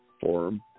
Forum